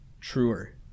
truer